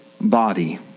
body